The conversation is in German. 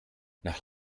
nach